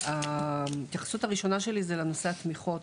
וההתייחסות הראשונה שלי הי לנושא התמיכות.